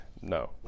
No